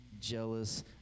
jealous